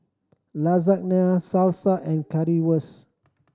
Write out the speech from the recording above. Lasagna Salsa and Currywurst